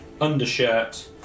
undershirt